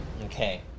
Okay